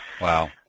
Wow